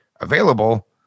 available